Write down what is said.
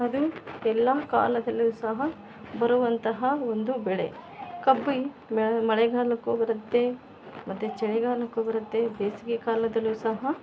ಅದು ಎಲ್ಲ ಕಾಲದಲ್ಲಿಯು ಸಹ ಬರುವಂತಹ ಒಂದು ಬೆಳೆ ಕಬ್ಬು ಬೆಳೆ ಮಳೆಗಾಲಕ್ಕು ಬರುತ್ತೆ ಮತ್ತು ಚಳಿಗಾಲಕ್ಕು ಬರುತ್ತೆ ಬೇಸಿಗೆ ಕಾಲದಲ್ಲಿಯೂ ಸಹ